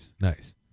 nice